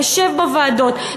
נשב בוועדות,